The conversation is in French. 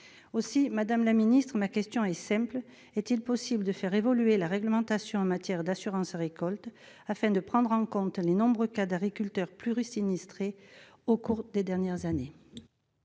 Madame la ministre, ma question est simple : est-il possible de faire évoluer la réglementation en matière d'assurance récolte afin de prendre en compte les nombreux cas d'agriculteurs pluri-sinistrés au cours des dernières années ?